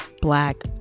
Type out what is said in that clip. black